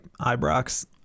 Ibrox